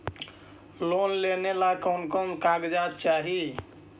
Loan लेने ला कोन कोन कागजात चाही?